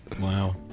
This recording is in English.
Wow